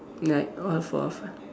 like all four of us